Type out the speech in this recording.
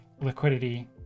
liquidity